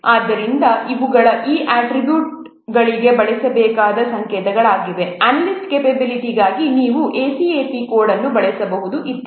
ಆದ್ದರಿಂದ ಇವುಗಳು ಈ ಅಟ್ರಿಬ್ಯೂಟ್ಗಳಿಗೆ ಬಳಸಬಹುದಾದ ಸಂಕೇತಗಳಾಗಿವೆ ಅನಾಲಿಸ್ಟ್ ಕ್ಯಾಪೆಬಿಲಿಟಿanalyst capabilityಕ್ಕಾಗಿ ನೀವು ACAP ಕೋಡ್ ಅನ್ನು ಬಳಸಬಹುದು ಇತ್ಯಾದಿ